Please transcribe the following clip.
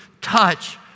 touch